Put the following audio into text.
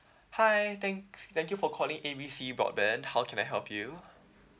hi thanks thank you for calling A B C broadband how can I help you